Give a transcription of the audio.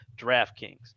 DraftKings